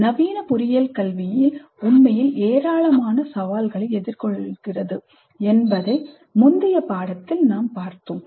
நவீன பொறியியல் கல்வி உண்மையில் ஏராளமான சவால்களை எதிர்கொள்கிறது என்பதை முந்தைய பாடத்தில் பார்த்தோம்